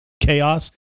chaos